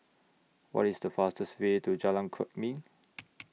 What IS The fastest Way to Jalan Kwok Min